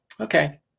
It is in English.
okay